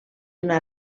una